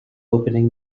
opening